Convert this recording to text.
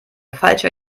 falscher